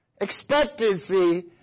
Expectancy